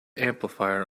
amplifier